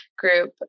group